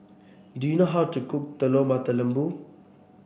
do you know how to cook Telur Mata Lembu